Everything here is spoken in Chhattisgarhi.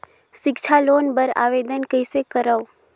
सिक्छा लोन बर आवेदन कइसे करव?